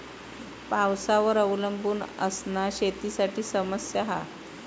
पावसावर अवलंबून असना शेतीसाठी समस्या हा